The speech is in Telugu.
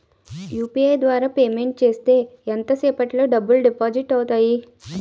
యు.పి.ఐ ద్వారా పేమెంట్ చేస్తే ఎంత సేపటిలో డబ్బులు డిపాజిట్ అవుతాయి?